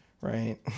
Right